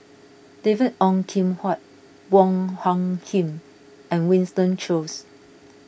David Ong Kim Huat Wong Hung Khim and Winston Choos